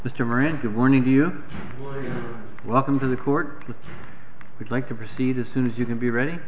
dia welcome to the court we'd like to proceed as soon as you can be ready